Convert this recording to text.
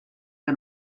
que